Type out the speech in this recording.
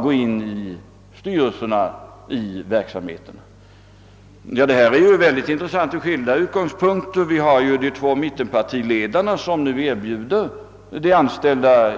Den är synnerligen intressant ur skilda synpunkter. De två mittenpartiledarna erbjuder ju nu de anställda